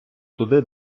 туди